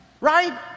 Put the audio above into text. right